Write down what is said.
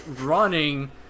running